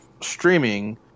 streaming